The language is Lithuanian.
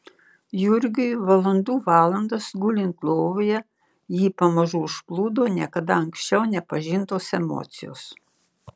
jurgiui valandų valandas gulint lovoje jį pamažu užplūdo niekada anksčiau nepažintos emocijos